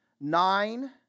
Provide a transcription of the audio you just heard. Nine